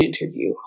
interview